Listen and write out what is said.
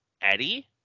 Eddie